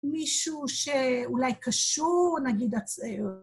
‫מישהו שאולי קשור, נגיד, אצל...